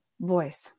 voice